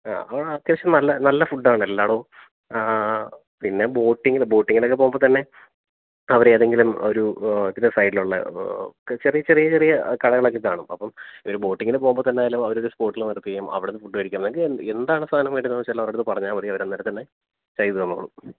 ആ അത്യാവശ്യം നല്ല നല്ല ഫുഡാണ് എല്ലായിടവും പിന്നെ ബോട്ടിങ്ങിന് ബോട്ടിങ്ങിനൊക്കെ പോവുമ്പോൾത്തന്നെ അവരേതെങ്കിലും ഒരു ഇതിൽ സൈഡിലുള്ള ചെറിയ ചെറിയ ചെറിയ കടകളൊക്കെ കാണും അപ്പം ബോട്ടിങ്ങിന് പോകുമ്പം തന്നെയായാലും അവരതിൽ സ്പോട്ടിൽ നിർത്തിയും അവിടുന്ന് ഫുഡ് കഴിക്കണേൽ ഒക്കെ എന്താണ് സാധനം വേണ്ടതെന്ന് വെച്ചാൽ അവരടുത്ത് പറഞ്ഞാൽ മതി അവരന്നേരം തന്നെ ചെയ്ത് തന്നോളും